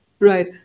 Right